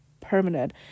permanent